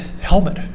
helmet